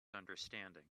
understanding